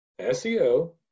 seo